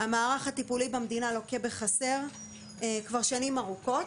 המערך הטיפולי במדינה לוקה בחסר כבר שנים ארוכות.